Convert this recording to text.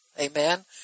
Amen